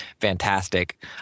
fantastic